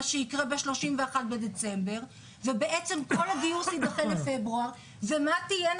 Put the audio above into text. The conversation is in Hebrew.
שיקרה ב-31 בדצמבר ובעצם כל הגיוס ידחה לפברואר ומה תהיינה